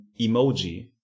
emoji